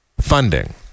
funding